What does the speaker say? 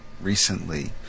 recently